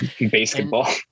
Basketball